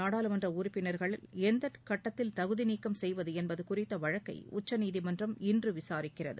நாடாளுமன்ற உறுப்பினர்களை எந்தக் கட்டத்தில் தகுதிநீக்கம் செய்வது என்பது குறித்த வழக்கை உச்சநீதிமன்றம் இன்று விசாரிக்கிறது